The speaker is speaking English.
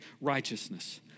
righteousness